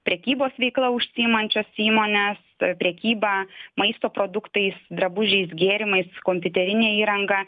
prekybos veikla užsiimančias įmones prekyba maisto produktais drabužiais gėrimais kompiuterine įranga